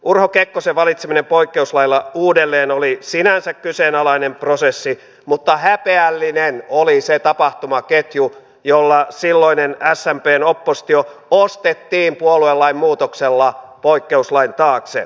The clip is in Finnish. urho kekkosen valitseminen poikkeuslailla uudelleen oli sinänsä kyseenalainen prosessi mutta häpeällinen oli se tapahtumaketju jolla silloinen smpn oppositio ostettiin puoluelain muutoksella poikkeuslain taakse